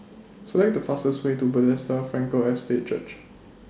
Select The fastest Way to Bethesda Frankel Estate Church